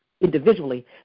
individually